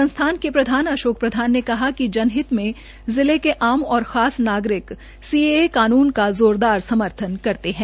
संस्थान के प्रधान अशोक प्रधान ने कहा कि जनहित में जिले के आम और खास नागरिक सीएए कानून का जोरदार समर्थन करते हैं